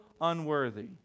unworthy